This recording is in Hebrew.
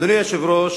אדוני היושב-ראש,